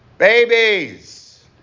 Babies